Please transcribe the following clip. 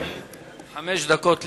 חמש דקות לרשותך.